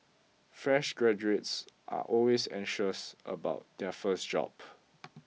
fresh graduates are always anxious about their first job